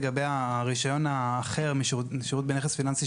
לגבי הרישיון האחר משירות בנכס פיננסי.